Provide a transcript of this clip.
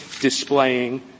displaying